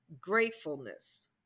gratefulness